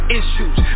issues